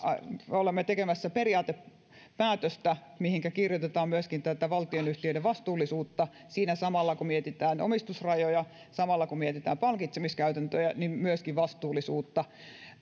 olemme tekemässä periaatepäätöstä mihinkä kirjoitetaan myöskin tätä valtionyhtiöiden vastuullisuutta siinä samalla kun mietitään omistusrajoja samalla kun mietitään palkitsemiskäytäntöjä niin myöskin vastuullisuutta